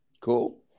Cool